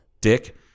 Dick